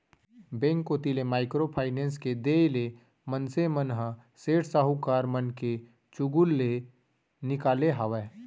bank कोती ले micro finance के देय ले मनसे मन ह सेठ साहूकार मन के चुगूल ले निकाले हावय